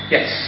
Yes